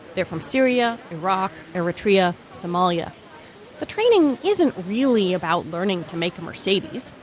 they're from syria, iraq, eritrea, somalia the training isn't really about learning to make a mercedes.